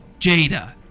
Jada